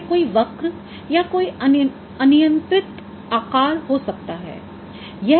वह एक वक्र या कोई अनियंत्रित आकार हो सकता है